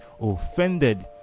offended